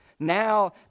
now